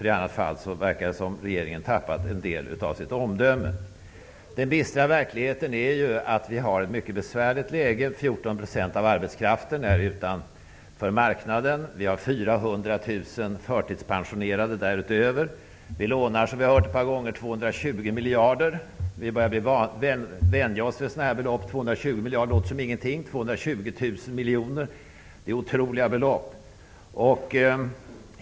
I annat fall verkar det som om regeringen har tappat en del av sitt omdöme. Den bistra verkligheten är att vi befinner oss i ett mycket besvärligt läge. 14 % av arbetskraften står utanför marknaden. Därutöver har vi 400 000 förtidspensionerade. Som vi har hört, lånar vi 220 miljarder. Vi börjar vänja oss vid sådana belopp -- 220 miljarder låter som ingenting, men 220 000 miljoner! Det är otroliga belopp.